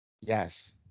Yes